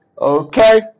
Okay